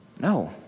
No